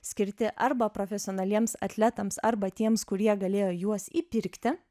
skirti arba profesionaliems atletams arba tiems kurie galėjo juos įpirkti